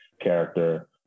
character